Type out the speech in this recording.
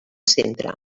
centre